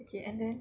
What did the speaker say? okay and then